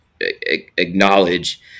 acknowledge